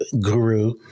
guru